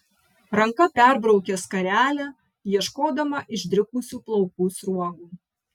ranka perbraukė skarelę ieškodama išdrikusių plaukų sruogų